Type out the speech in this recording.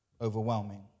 overwhelming